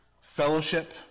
fellowship